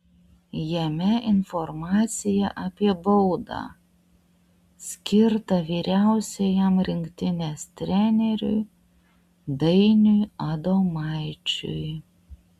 jame informacija apie baudą skirtą vyriausiajam rinktinės treneriui dainiui adomaičiui